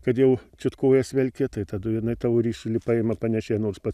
kad jau čiut kojas velki tai tadu jinai tavo ryšulį paima panešė nors pas